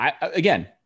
Again